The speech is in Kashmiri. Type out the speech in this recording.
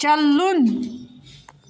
چلُن